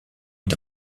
est